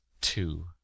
two